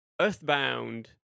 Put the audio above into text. Earthbound